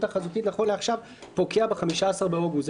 החזותית נכון לעכשיו פוקע ב-15 באוגוסט,